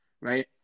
right